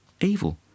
evil